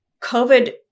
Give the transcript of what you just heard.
covid